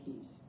peace